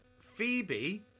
Phoebe